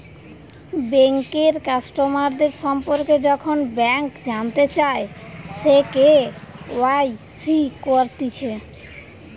বেঙ্কের কাস্টমারদের সম্পর্কে যখন ব্যাংক জানতে চায়, সে কে.ওয়াই.সি করতিছে